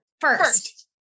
first